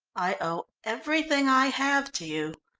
i owe everything i have to you.